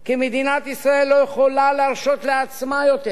כי מדינת ישראל לא יכולה להרשות לעצמה יותר